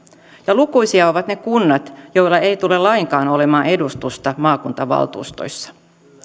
ja lukuisia ovat ne kunnat joilla ei tule lainkaan olemaan edustusta maakuntavaltuustoissa